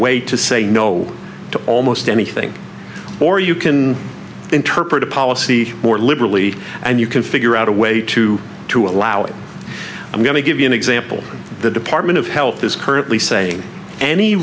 way to say no to almost anything or you can interpret a policy more liberally and you can figure out a way to to allow it i'm going to give you an example the department of health is currently saying any